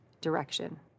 direction